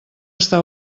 està